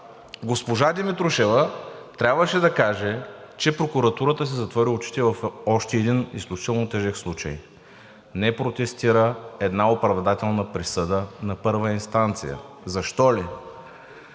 Госпожа Димитрушева трябваше да каже, че прокуратурата си затвори очите в още един изключително тежък случай. Не протестира една оправдателна присъда на първа инстанция, защо ли?